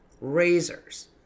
razors